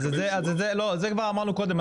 אז את זה כבר אמרנו קודם,